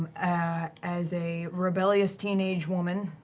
as a rebellious teenage woman.